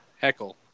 Heckle